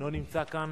שאינו נמצא כאן,